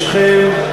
כי שכם,